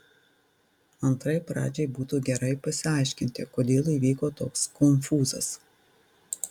antrai pradžiai būtų gerai pasiaiškinti kodėl įvyko toks konfūzas